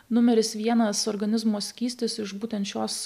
numeris vienas organizmo skystis iš būtent šios